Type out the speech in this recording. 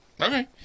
okay